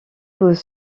vous